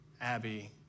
Abby